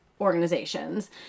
organizations